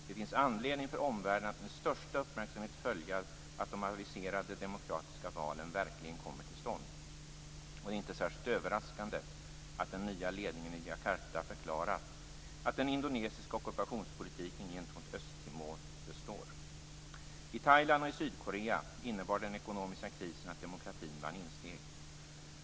Det finns anledning för omvärlden att med största uppmärksamhet följa att de aviserade demokratiska valen verkligen kommer till stånd, och det är inte särskilt överraskande att den nya ledningen i Djakarta förklarat att den indonesiska ockupationspolitiken gentemot Östtimor består. I Thailand och i Sydkorea innebar den ekonomiska krisen att demokratin vann insteg.